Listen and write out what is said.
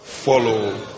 follow